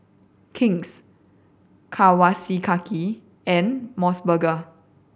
King's Kawasaki and Mos Burger